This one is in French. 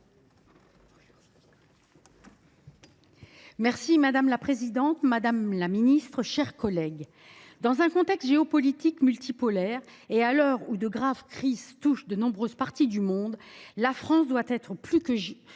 Madame la présidente, madame la ministre, mes chers collègues, dans un contexte géopolitique multipolaire et à l’heure où de graves crises touchent de nombreuses parties du monde, la France doit, plus que